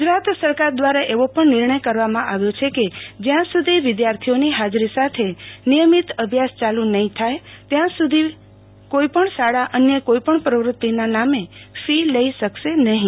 ગુજરાત સરકાર દ્વારા એવો પણ નિર્ણય કરવામાં આવ્યો છે કે જ્યાં સુધી વિદ્યાર્થીઓની હાજરી સાથે નિયમિત અભ્યાસ ચાલુ થાય નહિ ત્યાં સુધી કોઈ પણ શાળા અન્ય કોઈપણ પ્રવૃત્તિ ના નામે ફી લઇ શકશે નહિ